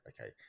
okay